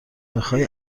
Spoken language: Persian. بخای